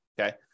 okay